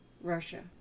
Russia